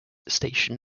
station